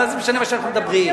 מה זה משנה מה שאנחנו מדברים?